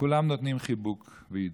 כולם נותנים חיבוק ועידוד.